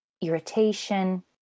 irritation